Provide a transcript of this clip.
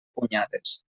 punyades